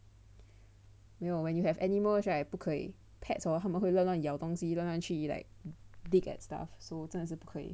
没有 when you have animals right 不可以 pets hor 他们会乱乱咬东西乱乱去 like dig and stuff so 真的是不可以